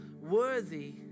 worthy